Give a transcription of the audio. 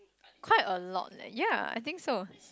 quite a lot leh yeah I think so